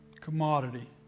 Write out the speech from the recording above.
commodity